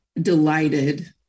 delighted